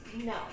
No